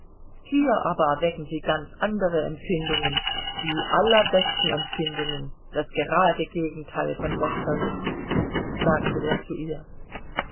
hier aber erwecken sie ganz andere empfindungen die allerbesten empfindungen das gerade gegenteil von lästersucht sagte er zu ihr